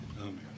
Amen